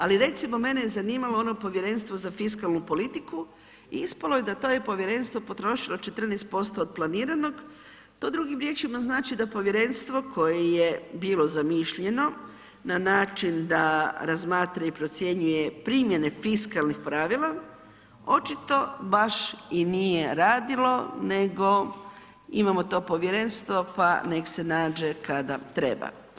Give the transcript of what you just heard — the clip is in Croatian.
Ali, recimo, mene je zanimalo ono Povjerenstvo za fiskalnu politiku i ispalo je da je to povjerenstvo potrošilo 14% od planiranog, to drugim riječima znači da povjerenstvo koje je bilo zamišljeno na način da razmatra i procjenjuje primjene fiskalnih pravila, očito baš i nije radilo nego imamo to povjerenstvo pa nek se nađe kada treba.